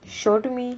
show it to me